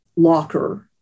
Locker